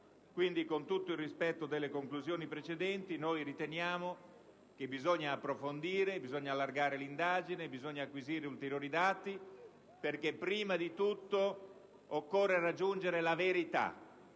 Quindi, con tutto il rispetto delle conclusioni precedenti, noi riteniamo che bisogna approfondire, allargare l'indagine, acquisire ulteriori dati, perché prima di tutto occorre raggiungere la verità,